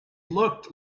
looked